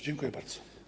Dziękuję bardzo.